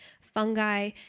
Fungi